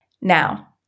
Now